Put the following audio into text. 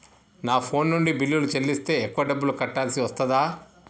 నా ఫోన్ నుండి బిల్లులు చెల్లిస్తే ఎక్కువ డబ్బులు కట్టాల్సి వస్తదా?